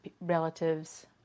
relatives